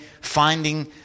finding